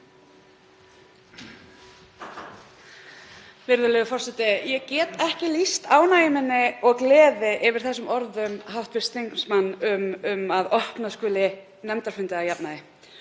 Virðulegur forseti. Ég bara get ekki lýst ánægju minni og gleði yfir þessum orðum hv. þingmanns um að opna skuli nefndarfundi að jafnaði